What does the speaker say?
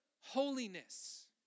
holiness